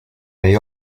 may